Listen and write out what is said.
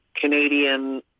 Canadian